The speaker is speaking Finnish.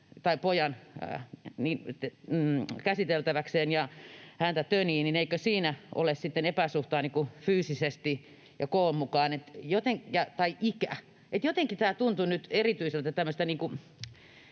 pojan käsiteltäväkseen ja häntä tönii, niin eikö siinä ole sitten epäsuhtaa fyysisesti ja koon tai iän mukaan. Jotenkin tämä tuntuu nyt erityiseltä